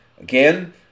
Again